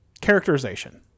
Characterization